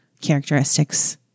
characteristics